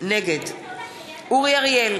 נגד אורי אריאל,